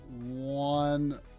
one